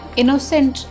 innocent